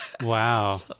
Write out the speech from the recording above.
Wow